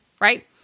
right